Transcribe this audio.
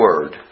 Word